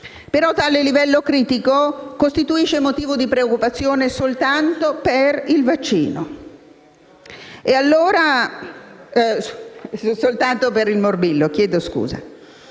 Tale livello critico costituisce motivo di preoccupazione soltanto per il morbillo.